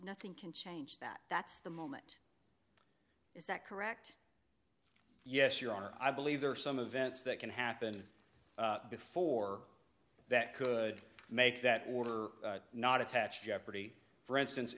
nothing can change that that's the moment is that correct yes you are i believe there are some of vents that can happen before that could make that water not attach jeopardy for instance